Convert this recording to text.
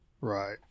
Right